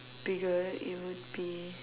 bigger it would be